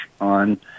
on